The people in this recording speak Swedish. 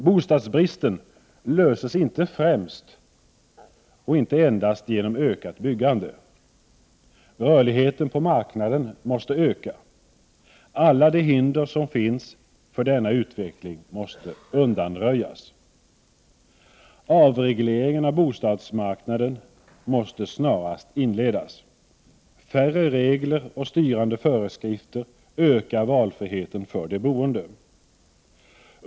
Bostadsbristen löses inte endast och inte ens främst genom ökat byggande. Rörligheten på marknaden måste öka. Alla de hinder som finns för denna utveckling måste undanröjas. Avregleringen av bostadsmarknaden måste snarast inledas. Färre regler och styrande föreskrifter ökar valfriheten för de boende.